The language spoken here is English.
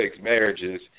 marriages